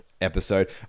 episode